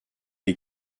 les